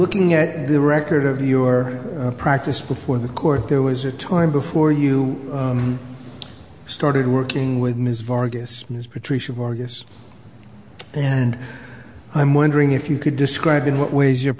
looking at the record of your practice before the court there was a time before you started working with ms vargas ms patricia vargas and i'm wondering if you could describe in what ways your